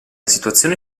situazione